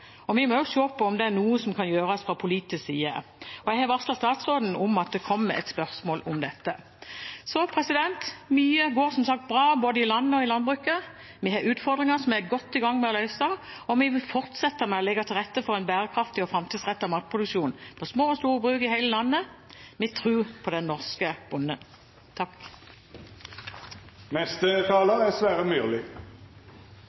på. Vi må se på om det er noe som kan gjøres fra politisk side. Jeg har varslet statsråden om at det kommer et spørsmål om dette. Mye går, som sagt, bra både i landet og i landbruket. Vi har utfordringer som vi er godt i gang med å løse, og vi vil fortsette med å legge til rette for en bærekraftig og framtidsrettet matproduksjon på små og store bruk i hele landet. Vi tror på den norske bonden.